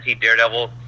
Daredevil